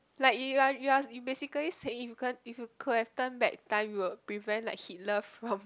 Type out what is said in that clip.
like you are you are you basically saying if you can't if you could have turned back time you would prevent like Hitler from